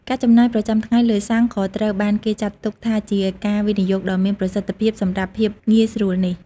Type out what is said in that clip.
ការចំណាយប្រចាំថ្ងៃលើសាំងក៏ត្រូវបានគេចាត់ទុកថាជាការវិនិយោគដ៏មានប្រសិទ្ធភាពសម្រាប់ភាពងាយស្រួលនេះ។